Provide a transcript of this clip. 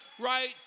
right